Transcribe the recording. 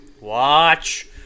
Watch